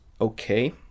okay